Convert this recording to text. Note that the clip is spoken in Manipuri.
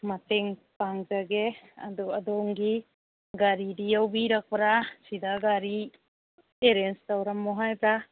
ꯃꯇꯦꯡ ꯄꯥꯡꯖꯒꯦ ꯑꯗꯨ ꯑꯗꯣꯝꯒꯤ ꯒꯥꯔꯤꯗꯤ ꯌꯥꯎꯕꯤꯔꯛꯄ꯭ꯔꯥ ꯁꯤꯗ ꯒꯥꯔꯤ ꯑꯦꯔꯦꯟꯖ ꯇꯧꯔꯝꯃꯣ ꯍꯥꯏꯕ꯭ꯔꯥ